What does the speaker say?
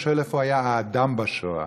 אני שואל איפה היה האדם בשואה,